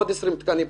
עוד 50 תקנים,